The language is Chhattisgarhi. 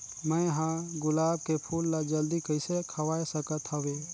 मैं ह गुलाब के फूल ला जल्दी कइसे खवाय सकथ हवे?